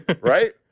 right